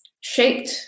shaped